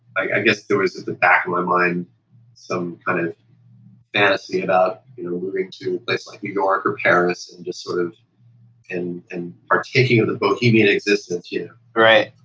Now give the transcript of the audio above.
i guess there was at the back of my mind some kind of fantasy about you know moving to a place like new york or paris and sort of and and partaking of the bohemian existence here. right.